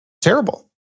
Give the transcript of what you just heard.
terrible